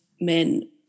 men